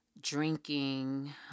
drinking